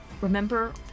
remember